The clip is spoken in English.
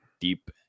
deep